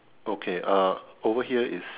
okay uh over here is